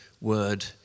word